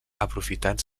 aprofitant